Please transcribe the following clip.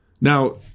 Now